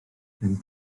gen